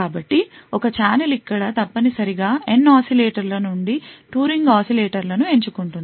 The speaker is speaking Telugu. కాబట్టి ఒక ఛాలెంజ్ ఇక్కడ తప్పనిసరిగా N oscillator ల నుండి 2 రింగ్ oscillator లను ఎంచుకుంటుంది